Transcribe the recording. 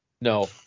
No